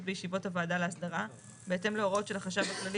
בישיבות הוועדה להסדרה בהתאם להוראות של החשב הכללי